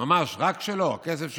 ממש רק שלו, הכסף שלו,